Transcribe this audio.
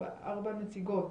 ארבע נציגות